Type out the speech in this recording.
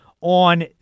on